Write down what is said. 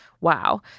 Wow